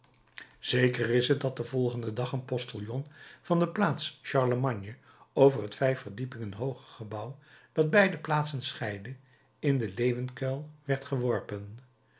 zeker is het dat den volgenden dag een postillon van de plaats charlemagne over het vijf verdiepingen hooge gebouw dat beide plaatsen scheidde in den leeuwenkuil werd geworpen